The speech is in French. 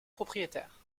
propriétaire